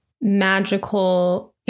magical